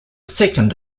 second